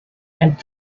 and